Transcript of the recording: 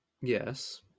Yes